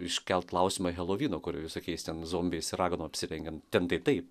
iškelti klausimą helovyno kuri visokiais ten zombiais ir raganomis apsirengia ten tai taip